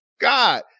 God